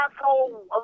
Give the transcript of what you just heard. asshole